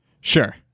Sure